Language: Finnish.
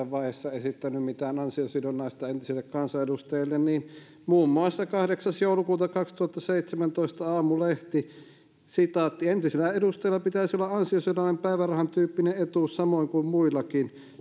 vaiheessa esittänyt mitään ansiosidonnaista entisille kansanedustajille niin muun muassa kahdeksas joulukuutta kaksituhattaseitsemäntoista aamulehti entisillä edustajilla pitäisi olla ansiosidonnaisen päivärahan tyyppinen etuus samoin kuin muillakin